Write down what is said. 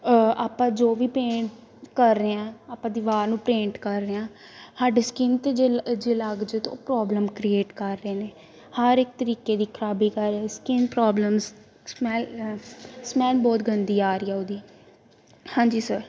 ਆਪਾਂ ਜੋ ਵੀ ਪੇਂਟ ਕਰ ਰਹੇ ਹਾਂ ਆਪਾਂ ਦੀਵਾਰ ਨੂੰ ਪੇਂਟ ਕਰ ਰਹੇ ਹਾਂ ਸਾਡੇ ਸਕਿੰਨ 'ਤੇ ਜੇ ਜੇ ਲੱਗ ਜਾਏ ਤਾਂ ਉਹ ਪ੍ਰੋਬਲਮ ਕ੍ਰੀਏਟ ਕਰ ਰਹੇ ਨੇ ਹਰ ਇੱਕ ਤਰੀਕੇ ਦੀ ਖ਼ਰਾਬੀ ਕਰ ਸਕਿੰਨ ਪ੍ਰੋਬਲਮ ਸਮੈੱਲ ਸਮੈੱਲ ਬਹੁਤ ਗੰਦੀ ਆ ਰਹੀ ਆ ਉਹਦੀ ਹਾਂਜੀ ਸਰ